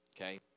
okay